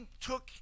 took